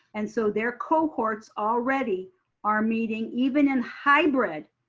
and so their cohorts already are meeting, even in hybrid,